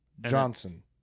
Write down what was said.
Johnson